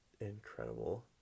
incredible